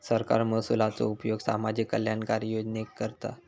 सरकार महसुलाचो उपयोग सामाजिक कल्याणकारी योजनेत करता